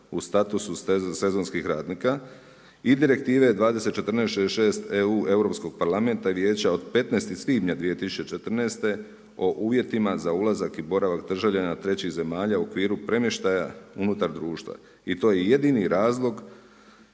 u statusu sezonskih radnika. I Direktive 2014/66EU Europskog parlamenta i Vijeća od 15. svibnja 2014. o uvjetima za ulazak i boravak državljana trećih zemalja u okviru premještaja unutar društva. I to je jedini razloga